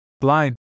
blind